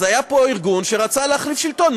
אז היה פה ארגון שרצה להחליף שלטון.